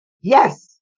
Yes